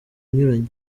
inyuranye